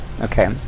Okay